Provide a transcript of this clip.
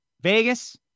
Vegas